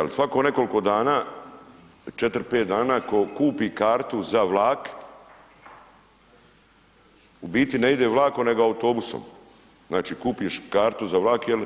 Jel svako u nekoliko dana 4,5 dana ko kupi kartu za vlak, u biti ne ide vlakom nego autobusom, znači kupiš kartu za vlak jer